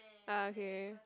ah okay